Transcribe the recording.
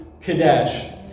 Kadesh